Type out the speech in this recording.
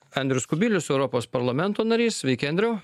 andrius kubilius europos parlamento narys sveiki andriau